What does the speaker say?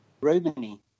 Romani